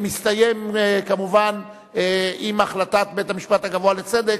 מסתיים כמובן עם החלטת בית-המשפט הגבוה לצדק,